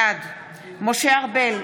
בעד משה ארבל,